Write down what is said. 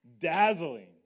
dazzling